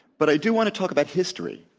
but i do want to talk about history.